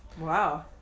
wow